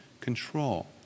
control